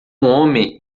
homem